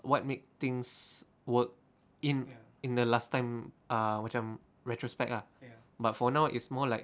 what make things work in in the last time ah macam retrospect ah but for now it's more like